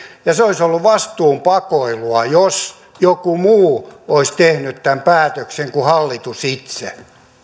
se olisi ollut vastuun pakoilua jos joku muu olisi tehnyt tämän päätöksen kuin hallitus itse